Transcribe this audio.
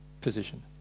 position